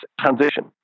transition